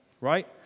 right